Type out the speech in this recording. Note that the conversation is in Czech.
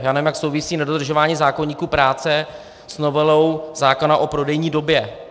Nevím, jak souvisí nedodržování zákoníku práce s novelou zákona o prodejní době.